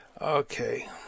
Okay